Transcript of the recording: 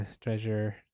treasure